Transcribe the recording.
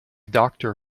doctor